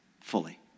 fully